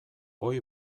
ohi